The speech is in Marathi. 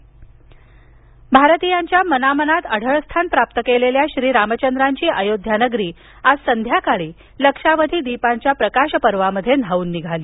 दीपोत्सव भारतीयांच्या मनामनात अढळ स्थान प्राप्त केलेल्या श्रीरामचंद्रांची अयोध्यानगरी आज संध्याकाळी लक्षावधी दीपांच्या प्रकाशपर्वात न्हाऊन निघाली